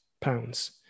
pounds